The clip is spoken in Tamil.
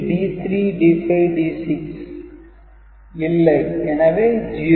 C8 ல் D3 D5 D6 இல்லை எனவே 0